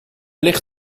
ligt